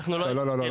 לא.